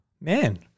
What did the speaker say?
man